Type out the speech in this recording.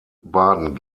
baden